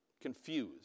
confused